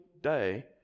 day